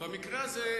במקרה הזה,